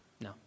No